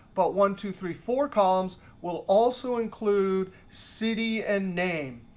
but one two, three, four columns will also include city and name.